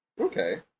Okay